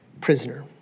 prisoner